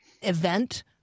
event